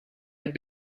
had